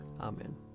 Amen